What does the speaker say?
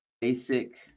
basic